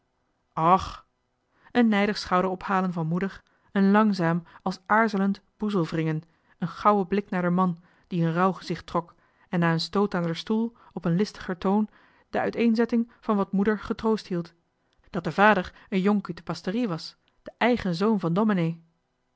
och een nijdig schouderophalen van moeder een langzaam als aarzelend boezelwringen een gauwe blik naar d'er man die een rouwgezicht trok en na een stoot aan d'er stoel op een listiger toon de uiteenzetting van wat moeder getroost hield dat de vader en jonk uut de pasterie was de eigen zoon van domenee